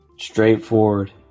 straightforward